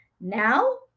now